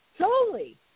solely